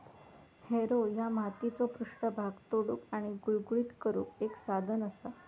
Harrow ह्या मातीचो पृष्ठभाग तोडुक आणि गुळगुळीत करुक एक साधन असा